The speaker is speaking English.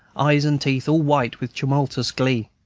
eyes and teeth all white with tumultuous glee.